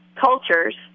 cultures